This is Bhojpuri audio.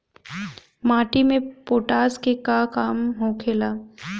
माटी में पोटाश के का काम होखेला?